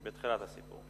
בתחילת הסיפור.